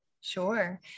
Sure